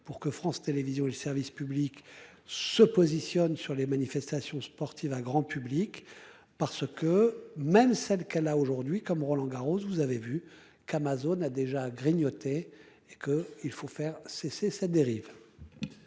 pour que France Télévisions et le service public se positionne sur les manifestations sportives un grand public parce que même celle qu'elle a aujourd'hui comme Roland Garros, vous avez vu qu'Amazon a déjà grignoté et que il faut faire cesser cette dérive.